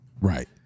Right